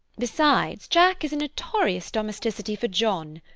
besides, jack is a notorious domesticity for john!